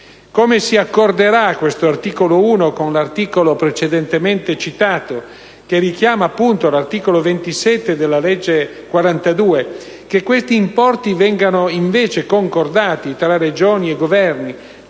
Come si accorderà questo articolo 1 con l'articolo precedentemente citato, che richiama appunto l'articolo 27 della legge n. 42 del 2009? Che questi importi vengano invece concordati tra Regioni e Governo,